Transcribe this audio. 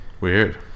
weird